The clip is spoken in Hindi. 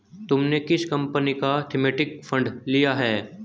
तुमने किस कंपनी का थीमेटिक फंड लिया है?